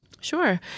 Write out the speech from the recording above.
Sure